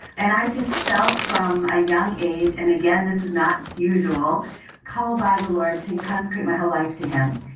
and i just felt from a young age. and again, this is not usual called by the lord to consecrate my whole life to him.